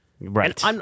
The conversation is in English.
Right